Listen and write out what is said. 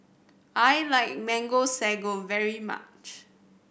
I like Mango Sago very much